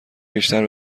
بیشتر